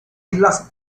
islas